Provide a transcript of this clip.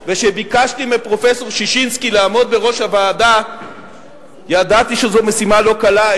וכשביקשתי מפרופסור ששינסקי לעמוד בראש הוועדה ידעתי שזו משימה לא קלה,